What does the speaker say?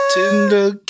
Tender